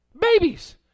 Babies